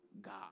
God